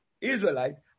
Israelites